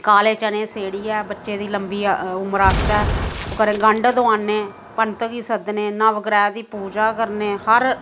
काले चने सेड़ियै बच्चे दी लंबी उमर आस्तै ओह् गंड दोआने पंत गी सद्दने नवग्रैह दी पूजा करने हर